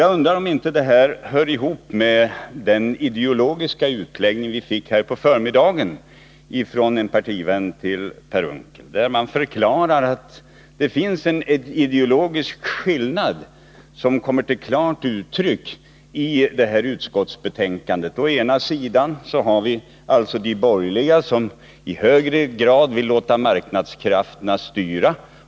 Jag undrar om inte detta hör ihop med den ideologiska utläggning vi fick här på förmiddagen från en partivän till Per Unckel. Där förklarades att det finns en ideologisk skillnad som kommer till klart uttryck i detta betänkande. Å ena sidan har vi de borgerliga, som i högre grad vill låta marknadskrafterna styra.